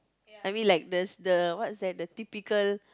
I mean like this the what's that the typical